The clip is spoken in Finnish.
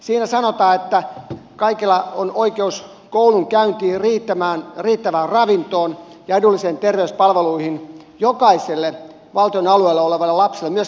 siinä sanotaan että kaikilla on oikeus koulunkäyntiin riittävään ravintoon ja edullisiin terveyspalveluihin jokaisella valtion alueella olevalla lapsella myös paperittomalla siirtolaisella